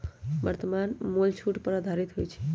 वर्तमान मोल छूट पर आधारित होइ छइ